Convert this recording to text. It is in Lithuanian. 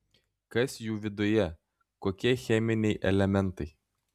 kas jų viduje kokie cheminiai elementai